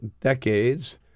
decades